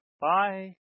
Bye